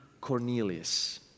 Cornelius